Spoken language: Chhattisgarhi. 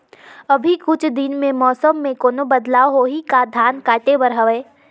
अभी कुछ दिन मे मौसम मे कोनो बदलाव होही का? धान काटे बर हवय?